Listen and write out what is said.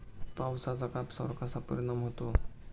पावसाचा कापसावर कसा परिणाम होतो?